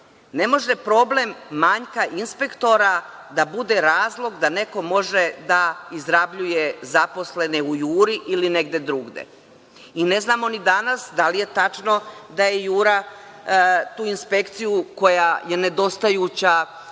Ne može problem manjka inspektora da bude razlog da neko može da izrabljuje zaposlene u „Juri“ ili negde drugde. Ne znamo ni danas da li je tačno da je „Jura“ tu inspekciju, koja je nedostajuća,